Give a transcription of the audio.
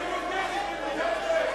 היא בוגדת במדינת ישראל.